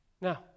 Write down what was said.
Now